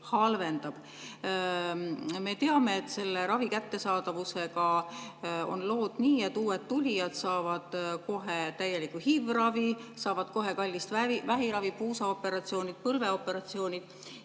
halvendab. Me teame, et ravi kättesaadavusega on lood nii, et uued tulijad saavad kohe täieliku HIV‑ravi, saavad kohe kallist vähiravi, puusaoperatsioonid, põlveoperatsioonid.